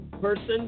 person